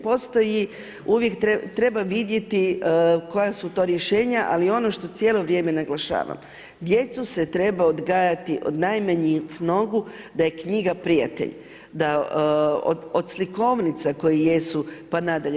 Postoji, uvijek treba vidjeti, koja su to rješenja, ali ono što cijelo vrijeme naglašavam, djecu se treba odgajati od najmanjih nogu, da je knjiga prijatelj, od slikovnica koje jesu, pa nadalje.